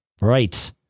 Right